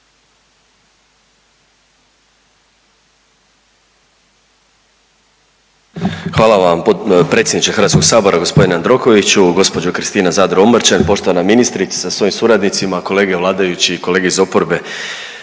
Hvala vam predsjedniče HS g. Jandrokoviću, gđo. Kristina Zadro Omrčen, poštovana ministrice sa svojim suradnicima, kolege vladajući i kolege iz oporbe.